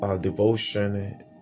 Devotion